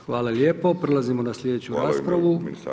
Hvala lijepo. … [[Upadica Bulj: Govornik se ne razumije.]] Prelazimo na sljedeću raspravu.